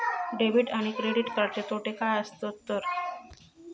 Debit आणि credit कार्डचे तोटे काय आसत तर?